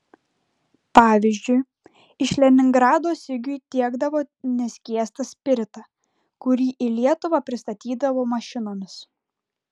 pavyzdžiui iš leningrado sigiui tiekdavo neskiestą spiritą kurį į lietuvą pristatydavo mašinomis